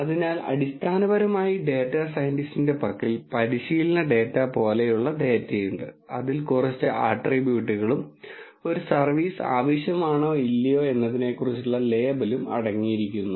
അതിനാൽ അടിസ്ഥാനപരമായി ഡാറ്റ സയന്റിസ്റ്റിന്റെ പക്കൽ പരിശീലന ഡാറ്റ പോലെയുള്ള ഡാറ്റയുണ്ട് അതിൽ കുറച്ച് ആട്രിബ്യൂട്ടുകളും ഒരു സർവീസ് ആവശ്യമാണോ ഇല്ലയോ എന്നതിനെക്കുറിച്ചുള്ള ലേബലും അടങ്ങിയിരിക്കുന്നു